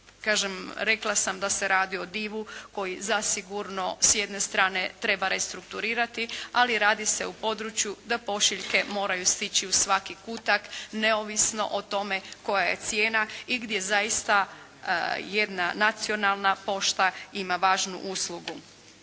rekla sam da se radi o divu koji zasigurno s jedne strane treba restrukturirati, ali radi se u području da pošiljke moraju stići u svaki kutak, neovisno o tome koja je cijena i gdje zaista jedan nacionalna pošta ima važnu uslugu.